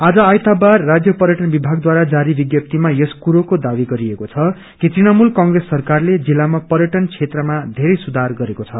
आज आइतबार राज्य पर्यटन विभाग ढारा जारी विज्ञप्तीामा यस कुरो दावी गरिएको छ कि तृणमूल कप्रेस सरकारले जिल्लाम पर्यटन क्षेत्रमा धेरै सुधार गरेको छ